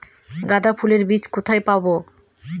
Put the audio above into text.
গাঁদা ফুলের বীজ কোথায় পাবো?